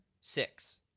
Six